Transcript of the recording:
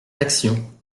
d’action